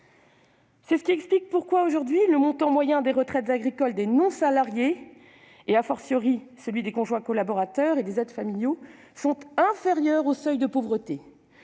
C'est ce qui explique pourquoi, aujourd'hui, les montants moyens des retraites agricoles des non-salariés et des conjoints collaborateurs et aides familiaux sont inférieurs au seuil de pauvreté